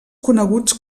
coneguts